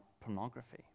pornography